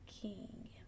king